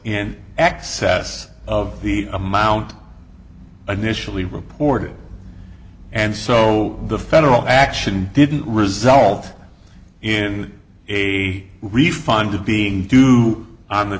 in excess of the amount an initially reported and so the federal action didn't result in a refund of being due on the